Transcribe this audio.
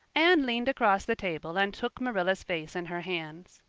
anne leaned across the table and took marilla's face in her hands.